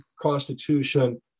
Constitution